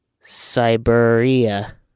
Siberia